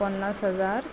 पन्नास हजार